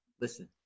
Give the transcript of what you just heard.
listen